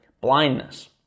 blindness